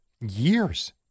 years